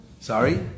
Sorry